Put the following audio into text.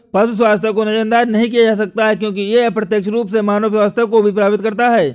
पशु स्वास्थ्य को नजरअंदाज नहीं किया जा सकता क्योंकि यह अप्रत्यक्ष रूप से मानव स्वास्थ्य को भी प्रभावित करता है